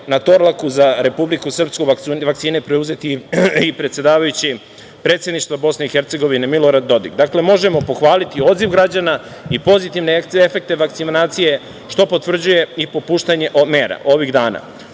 na „Torlaku“ za Republiku Srpsku vakcine preuzeti i predsedavajući predsedništva Bosne i Hercegovine Milorad Dodik. Dakle, možemo pohvaliti odziv građana i pozitivne efekte vakcinacije, što potvrđuje i popuštanje mera ovih dana. Uz